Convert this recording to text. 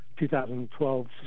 2012